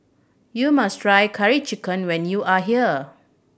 you must try Curry Chicken when you are here